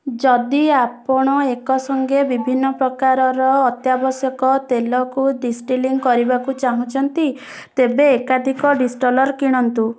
ଯଦି ଆପଣ ଏକସଙ୍ଗେ ବିଭିନ୍ନ ପ୍ରକାରର ଅତ୍ୟାବଶ୍ୟକ ତେଲକୁ ଡିଷ୍ଟିଲିଂ କରିବାକୁ ଚାହୁଁଛନ୍ତି ତେବେ ଏକାଧିକ ଡିଷ୍ଟିଲର କିଣନ୍ତୁ